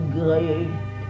great